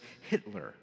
Hitler